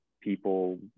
people